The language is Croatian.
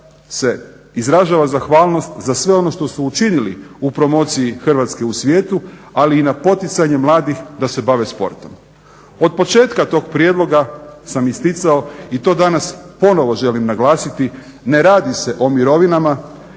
Hrvatska izražava zahvalnost za sve ono što su učinili u promociji Hrvatske u svijetu ali i na poticanje mladih da se bave sportom. Od početka tog prijedloga sam isticao i to danas ponovno želim naglasiti, ne radi se o mirovinama,